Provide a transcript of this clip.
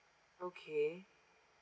okay